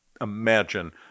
Imagine